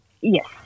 Yes